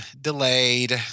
delayed